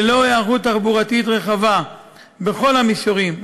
ללא היערכות תחבורתית רחבה בכל המישורים,